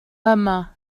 yma